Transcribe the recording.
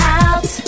out